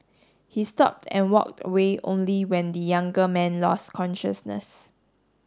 he stopped and walked away only when the younger man lost consciousness